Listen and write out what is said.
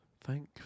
thank